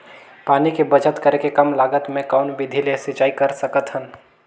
पानी के बचत करेके कम लागत मे कौन विधि ले सिंचाई कर सकत हन?